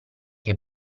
che